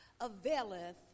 availeth